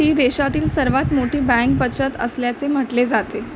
ती देशातील सर्वात मोठी बँक बचत असल्याचे म्हटले जाते